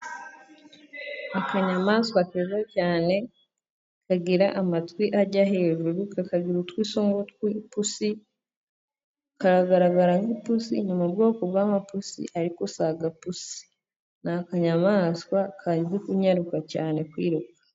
Akanyamaswa keza cyane, kagira amatwi ajya hejuru, kakagira utwiso nku tw'ipusi, karagaragara nk'ipusi ni mu bwoko bw'amapusi ariko si agapusi, ni akanyamaswa kazi kunyaruka cyane mu kwiruka.